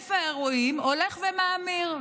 היקף האירועים הולך ומתרחב.